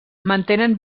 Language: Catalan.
mantenen